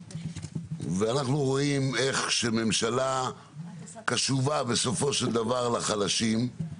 ואנחנו רואים איך שממשלה קשובה בסופו של דבר לחלשים,